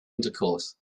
intercourse